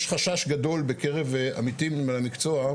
יש חשש גדול בקרב עמיתים למקצוע,